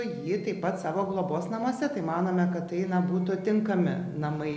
jį taip pat savo globos namuose tai manome kad tai na būtų tinkami namai